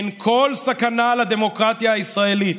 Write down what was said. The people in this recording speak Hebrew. אין כל סכנה לדמוקרטיה הישראלית.